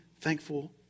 thankful